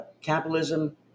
capitalism